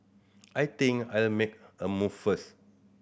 I think I'll make a move first